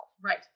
right